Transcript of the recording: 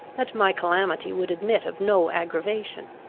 that my calamity would admit of no aggravation.